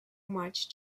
much